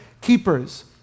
keepers